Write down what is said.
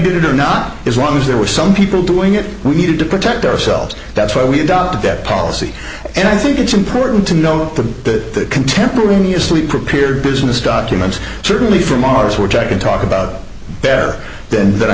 did it or not is wrong as there were some people doing it we needed to protect ourselves that's why we adopted that policy and i think it's important to know that contemporaneously prepared business documents certainly from ours which i can talk about better than that i